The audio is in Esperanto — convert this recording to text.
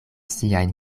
siajn